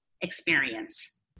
experience